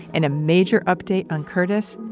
and a major update on curtis,